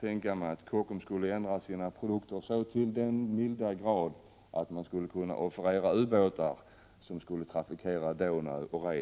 tänka mig att Kockums skulle ändra sina produkter så till den milda grad att man skulle — Prot. 1987/88:33 kunna offerera ubåtar som skulle trafikera Donau och Rhen.